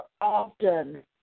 often